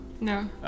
No